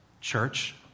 Church